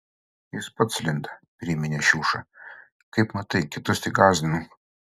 jis pats lindo priminė šiuša kaip matai kitus tik gąsdinau